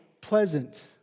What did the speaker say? pleasant